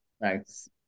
Thanks